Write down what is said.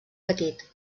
petit